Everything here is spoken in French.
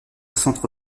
centre